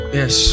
yes